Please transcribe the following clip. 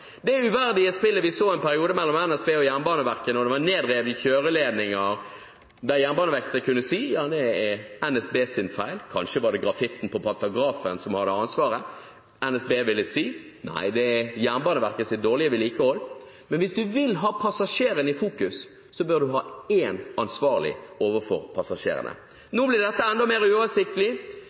det uverdige spillet mellom NSB og Jernbaneverket som vi så en periode da det var nedrevne kjøreledninger, kunne Jernbaneverket si: Ja, det er NSBs feil, kanskje var det grafitten på pantografen som hadde ansvaret. NSB ville si: Nei, det er Jernbaneverkets dårlige vedlikehold. Men hvis en vil ha passasjerene i fokus, bør en ha én ansvarlig overfor passasjerene. Nå blir dette enda mer uoversiktlig.